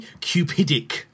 cupidic